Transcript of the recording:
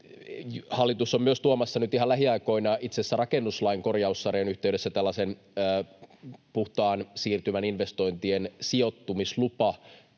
Hallitus on myös tuomassa nyt ihan lähiaikoina itse asiassa rakennuslain korjaussarjan yhteydessä tällaisen puhtaan siirtymän investointien sijoittumislupamenettelyn,